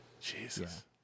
Jesus